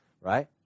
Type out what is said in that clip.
right